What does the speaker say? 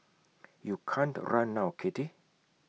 you can't run now kitty